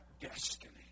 destiny